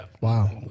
Wow